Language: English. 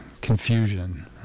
confusion